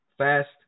fast